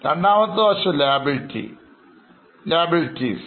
രണ്ടാമത്തെ side Liabilities ആണ്